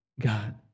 God